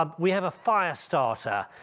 um we have a fire starter.